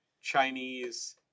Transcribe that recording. Chinese